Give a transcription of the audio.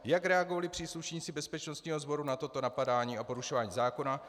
Jak reagovali příslušníci bezpečnostního sboru na toto napadání a porušování zákona?